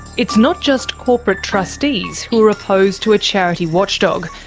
it's not just corporate trustees who are opposed to a charity watchdog,